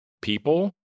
people